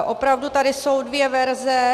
Opravdu tady jsou dvě verze.